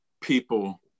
people